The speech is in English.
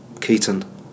Keaton